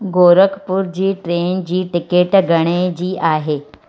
गोरखपुर जी ट्रेन जी टिकेट घणे जी आहे